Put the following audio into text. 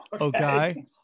Okay